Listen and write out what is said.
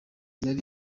yari